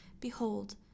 Behold